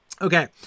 Okay